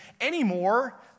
Anymore